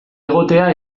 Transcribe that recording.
egotea